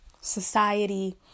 Society